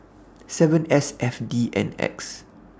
seven S F D N X